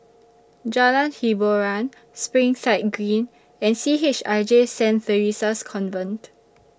Jalan Hiboran Springside Green and C H I J Saint Theresa's Convent